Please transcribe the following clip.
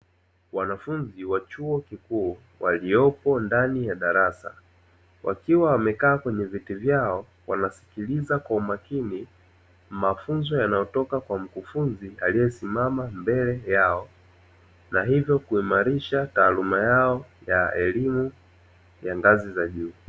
Wanafunzi wa chuo kikuu waliopo ndani ya darasa, wakiwa wamekaa kwenye viti vyao. Wanasikiliza kwa umakini mafunzo yanayotoka kwa mkufunzi aliyesimama mbele yao, na hivyo kuimalisha taaluma yao ya elimu ya ngazi za juu.